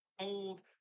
old